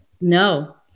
No